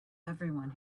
everyone